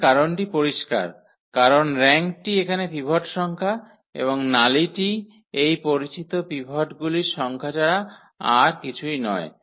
এর কারণটি পরিষ্কার কারণ র্যাঙ্কটি এখানে পিভট সংখ্যা এবং নালিটি এই পরিচিত পিভটগুলির সংখ্যা ছাড়া আর কিছুই নয়